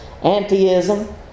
antiism